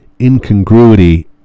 incongruity